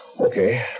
Okay